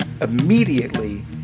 immediately